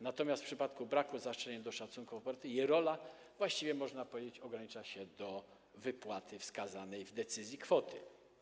natomiast w przypadku braku zastrzeżeń do szacunku operatu jej rola właściwie ogranicza się, można powiedzieć, do wypłaty wskazanej w decyzji kwoty.